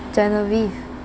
genevieve